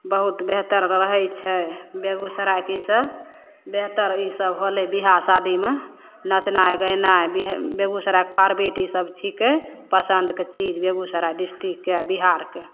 बहुत बेहतर रहै छै बेगुसरायके इसब बेहतर इसब होलै विवाह शादीमे नँचनाइ गेनाइ बेगुसरायके फारवर्ड इसब छिकै पसन्दके चीज बेगुसराय डिस्टिकके बिहारके